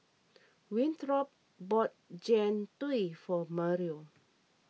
Winthrop bought Jian Dui for Mario